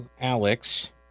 Alex